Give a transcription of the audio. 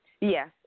Yes